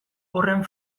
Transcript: horren